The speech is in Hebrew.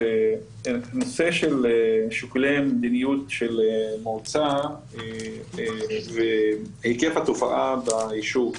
זה מתוך שיקולי המדיניות של המועצה והיקף התופעה ביישוב.